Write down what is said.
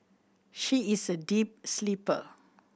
she is a deep sleeper